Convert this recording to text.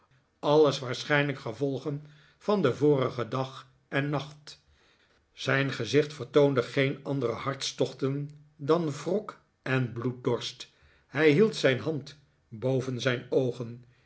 alles waarschijnlijk gevolgen van den vorigen dag en nacht zijn gezicht vertoonde geen andere hartstochten dan wrok en bloeddorst hij hield zijn hand boven zijn oogen